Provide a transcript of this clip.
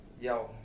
Yo